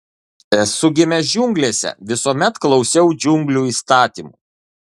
esu gimęs džiunglėse visuomet klausiau džiunglių įstatymų